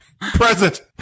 Present